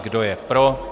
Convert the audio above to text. Kdo je pro?